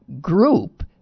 group